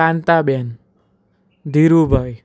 Kantaben Dhirubhai